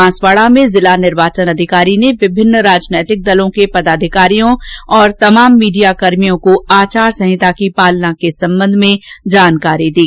बांसवाड़ा में जिला निर्वाचन अधिकारी ने विभिन्न राजनीतिक पार्टियों के पदाधिकारियों और तमाम मीडियाकर्मियों को आचार संहिता के पालन के संबंध में विविध जानकारी दी